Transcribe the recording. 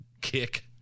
kick